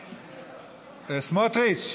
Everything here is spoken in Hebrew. סמוטריץ,